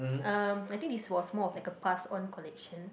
uh I think this was more of like a pass on collection